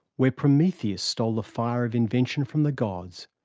where prometheus stole the fire of invention from the gods,